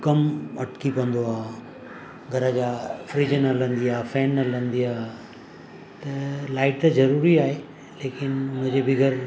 कमु अटिकी पवंदो आहे घर जा फ्रिज न हलंदी आहे फैन न हलंदी आ्हे त लाइट त ज़रूरी आहे लेकिन हुन जे बग़ैरि